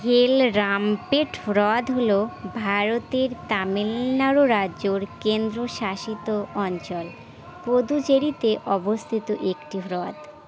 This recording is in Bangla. ভেলরামপেট হ্রদ হলো ভারতের তামিলনাড়ু রাজ্যর কেন্দ্রশাসিত অঞ্চল পদুচেরিতে অবস্থিত একটি হ্রদ